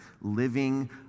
living